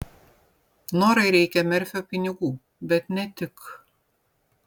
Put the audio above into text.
norai reikia merfio pinigų bet ne tik